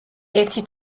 ერთი